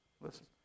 Listen